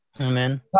Amen